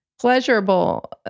pleasurable